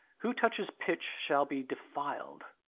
who touches pitch shall be defiled.